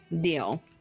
deal